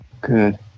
Good